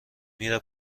میره